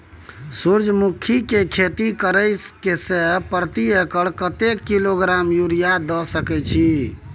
सूर्यमुखी के खेती करे से प्रति एकर कतेक किलोग्राम यूरिया द सके छी?